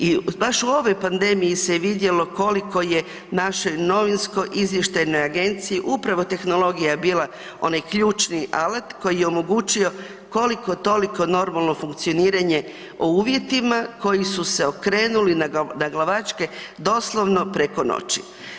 I baš u ovoj pandemiji se je vidjelo koliko je naše novinsko izvještajne agencije upravo tehnologija je bila onaj ključni alat koji je omogućio koliko toliko normalno funkcioniranje o uvjetima koji su se okrenuli naglavačke doslovno preko noći.